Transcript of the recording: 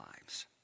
lives